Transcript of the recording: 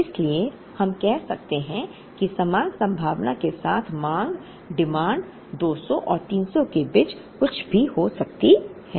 इसलिए हम कह सकते हैं कि समान संभावना के साथ मांग 200 और 300 के बीच कुछ भी हो सकती है